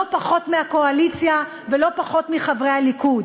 פחות מהקואליציה ולא פחות מחברי הליכוד.